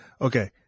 Okay